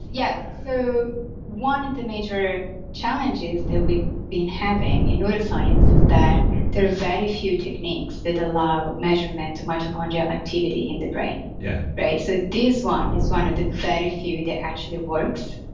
yes, so one of the major challenges that we've been having in neuroscience is that there are very few techniques that allow measurement of mitochondria activity in the brain yeah right? so, this one is one of the very few that actually works.